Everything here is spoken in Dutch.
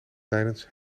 tijdens